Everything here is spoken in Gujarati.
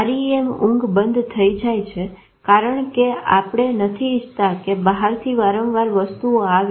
REM ઊંઘ બંધ થઇ જાય છે કારણ કે આપણે નથી ઈચ્છતા કે બહારથી વારંવાર વસ્તુઓ આવે